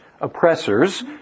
oppressors